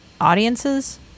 audiences